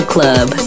Club